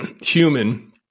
human